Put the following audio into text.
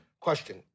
Question